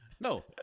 no